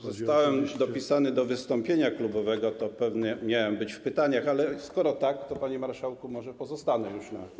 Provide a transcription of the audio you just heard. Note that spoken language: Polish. Zostałem dopisany do wystąpienia klubowego, a pewnie miałem być w pytaniach, ale skoro tak, to, panie marszałku, może pozostanę już na tym miejscu.